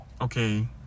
okay